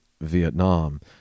Vietnam